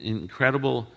incredible